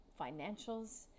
Financials